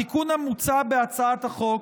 התיקון המוצע בהצעת החוק